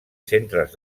centres